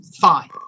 Fine